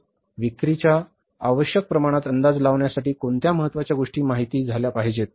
विक्रीच्या आवश्यक प्रमाणात अंदाज लावण्यासाठी कोणत्या महत्त्वाच्या गोष्टी माहित झाल्या पाहिजेत